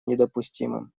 недопустимым